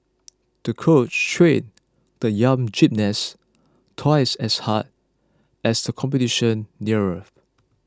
the coach trained the young gymnast twice as hard as the competition neared